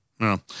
No